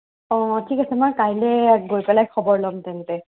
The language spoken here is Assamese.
অঁ ঠিক আছে মই কাইলৈ গৈ পেলাই খবৰ ল'ম তেন্তে